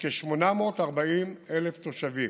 בכ-840,000 תושבים,